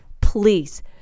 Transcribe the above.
Please